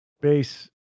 base